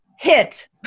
hit